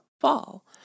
fall